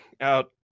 out